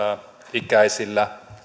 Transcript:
ikäisillä